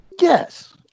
Yes